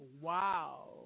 Wow